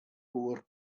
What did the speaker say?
gŵr